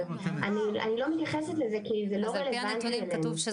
אבל אני לא מתייחסת לזה כי זה לא רלוונטי אלינו.